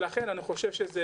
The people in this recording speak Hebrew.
לכן אני חושב שזה